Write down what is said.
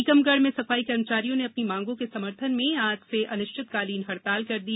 टीकमगढ़ में सफाई कर्मचारियों ने अपनी मांगों के समर्थन में आज से अनिश्चित कालीन हडताल कर दी